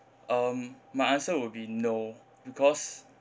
um my answer would be no because